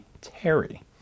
Terry